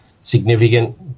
significant